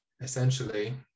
essentially